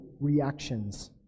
reactions